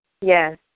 Yes